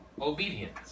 obedience